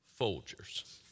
Folgers